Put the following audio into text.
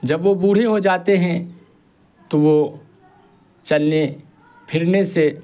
جب وہ بوڑھے ہو جاتے ہیں تو وہ چلنے پھرنے سے